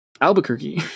albuquerque